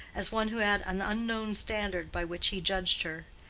as one who had an unknown standard by which he judged her.